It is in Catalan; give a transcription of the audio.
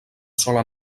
sola